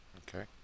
okay